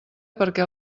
perquè